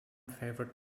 favourite